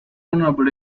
honorable